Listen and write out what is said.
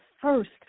first